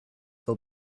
will